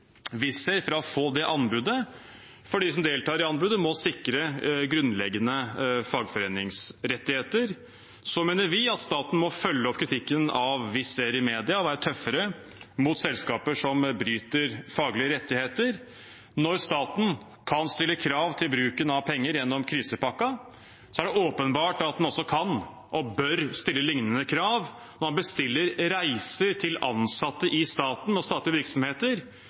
fra å få det anbudet, for de som deltar i anbudet, må sikre grunnleggende fagforeningsrettigheter. Så mener vi at staten må følge opp kritikken av Wizz Air i media og være tøffere mot selskaper som bryter faglige rettigheter. Når staten kan stille krav til bruken av penger gjennom krisepakka, er det åpenbart at den også kan og bør stille lignende krav når man bestiller reiser til ansatte i staten og statlige virksomheter,